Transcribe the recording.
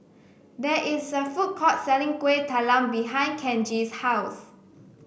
there is a food court selling Kuih Talam behind Kenji's house